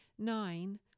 Nine